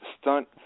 Stunt